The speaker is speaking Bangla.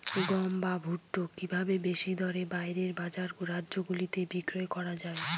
গম বা ভুট্ট কি ভাবে বেশি দরে বাইরের রাজ্যগুলিতে বিক্রয় করা য়ায়?